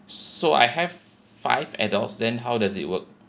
so I have five adults then how does it work